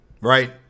right